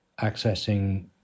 accessing